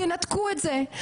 תנתקו את זה,